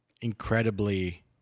incredibly